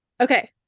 Okay